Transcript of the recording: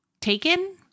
taken